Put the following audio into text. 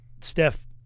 Steph